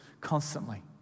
constantly